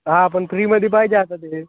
हा पण फ्रीमध्ये पाहिजे आता ते